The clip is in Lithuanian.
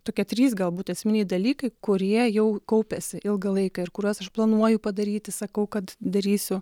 tokie trys galbūt esminiai dalykai kurie jau kaupėsi ilgą laiką ir kuriuos aš planuoju padaryti sakau kad darysiu